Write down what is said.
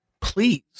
please